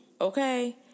Okay